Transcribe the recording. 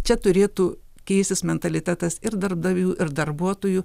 čia turėtų keisis mentalitetas ir darbdavių ir darbuotojų